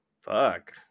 Fuck